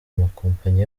amakompanyi